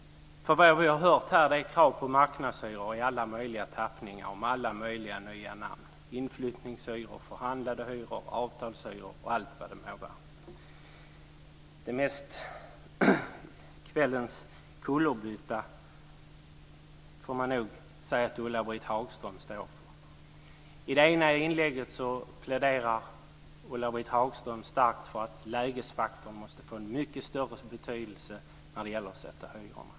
Vad vi har hört om här är ju krav på marknadshyror i alla möjliga tappningar och med alla möjliga nya namn: inflyttningshyror, förhandlade hyror, avtalshyror och allt vad det må vara. Kvällens kullerbytta får man nog säga att Ulla Britt Hagström står för. I ett inlägg pläderar hon starkt för att lägesfaktorn måste få en mycket större betydelse när det gäller att sätta hyror.